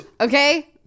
Okay